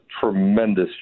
tremendous